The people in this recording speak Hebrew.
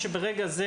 לא תורכיה ולא